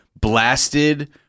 Blasted